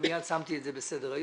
ומייד שמתי את זה בסדר-היום,